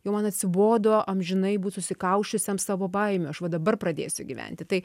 jau man atsibodo amžinai būt susikausčiusiam savo baime aš va dabar pradėsiu gyventi tai